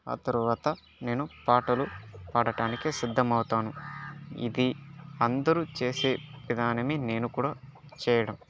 ఆ తర్వాత నేను పాటలు పాడటానికి సిద్ధమవుతాను ఇది అందరూ చేసే విధానమే నేను కూడా చేయడం